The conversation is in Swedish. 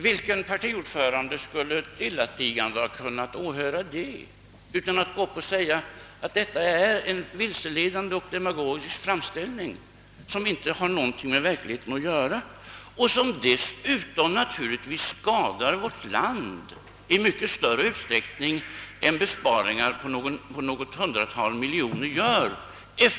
Vilken partiordförande skulle stillatigande ha kunnat åhöra det utan att begära ordet och förklara att det är en vilseledande och demagogisk framställning, som inte har någonting med verkligheten att göra och som dessutom skadar vårt land i mycket större utsträckning än besparingar på något hundratal miljoner kronor?